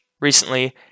recently